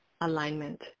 alignment